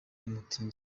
mutingito